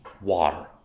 water